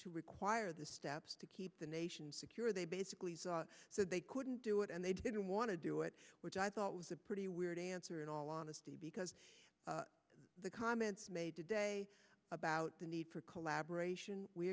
to require the steps to keep the nation secure they basically said they couldn't do it and they didn't want to do it which i thought was a pretty weird answer at all honesty because of the comments made today about the need for collaboration we